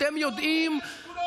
אתם יודעים, תבדוק את האשכולות.